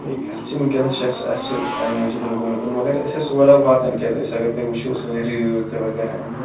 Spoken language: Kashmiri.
صحیٖح کَتھ چھِ وُنکیٚس یۄس اسہِ چھِ اَمہِ موٗجوٗب گوٚمُت مگر أسۍ ٲسۍ اُور آل واتن کیٛازِ أسۍ اگر تۄہہِ وُچھو سٲنۍ رِوِوٕز تہِ وغیرہ اَمہِ برٛونٛٹھ